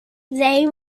they